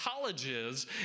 colleges